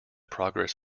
progress